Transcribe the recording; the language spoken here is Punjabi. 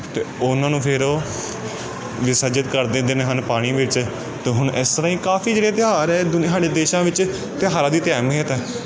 ਅਤੇ ਉਹਨਾਂ ਨੂੰ ਫਿਰ ਉਹ ਵਿਸਰਜਿਤ ਕਰ ਦਿੰਦੇ ਨੇ ਹਨ ਪਾਣੀ ਵਿੱਚ ਅਤੇ ਹੁਣ ਇਸ ਤਰ੍ਹਾਂ ਹੀ ਕਾਫੀ ਜਿਹੜੇ ਤਿਉਹਾਰ ਹੈ ਦੁਨੀਆ ਸਾਡੇ ਦੇਸ਼ਾਂ ਵਿੱਚ ਤਿਉਹਾਰਾਂ ਦੀ ਤਾਂ ਅਹਿਮੀਅਤ ਹੈ